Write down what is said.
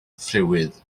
friwydd